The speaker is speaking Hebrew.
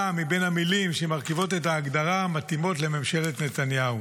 אי-אמון בממשלה.